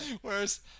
Whereas